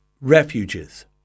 refuges